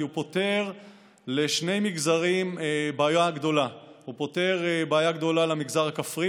כי הוא פותר לשני מגזרים בעיה גדולה: הוא פותר בעיה גדולה למגזר הכפרי